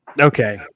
Okay